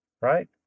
right